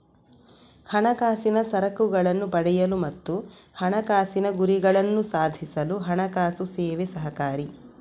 ಹಣಕಾಸಿನ ಸರಕುಗಳನ್ನ ಪಡೆಯಲು ಮತ್ತು ಹಣಕಾಸಿನ ಗುರಿಗಳನ್ನ ಸಾಧಿಸಲು ಹಣಕಾಸು ಸೇವೆ ಸಹಕಾರಿ